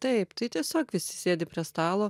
taip tai tiesiog visi sėdi prie stalo